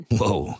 Whoa